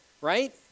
right